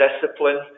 discipline